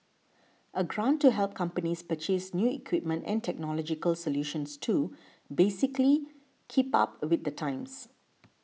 a grant to help companies purchase new equipment and technological solutions to basically keep up with the times